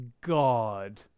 God